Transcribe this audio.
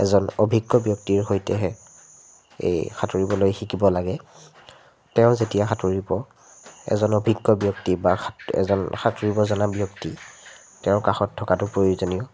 এজন অভিজ্ঞ ব্যক্তিৰ সৈতেহে এই সাঁতুৰিবলৈ শিকিব লাগে তেওঁ যেতিয়া সাঁতুৰিব এজন অভিজ্ঞ ব্যক্তি বা সাঁত এজন সাঁতুৰিব জনা ব্যক্তি তেওঁৰ কাষত থকাটো প্ৰয়োজনীয়